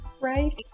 right